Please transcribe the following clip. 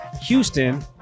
Houston